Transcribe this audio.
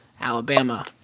Alabama